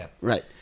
right